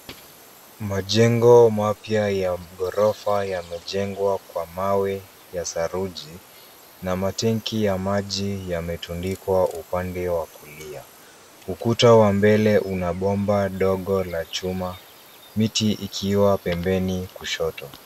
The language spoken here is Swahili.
Majengo mapya yamejegwa kwa mawe ya saruji na matenki ya maji yametudikwa upande wa kulia .Ukuta wa mbele unabomba dogo la chuma imti ikwa pembeni kushoto.